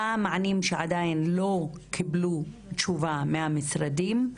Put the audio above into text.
מה המענים שעדיין לא קיבלו תשובה מהמשרדים,